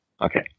Okay